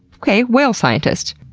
okay, whale scientist.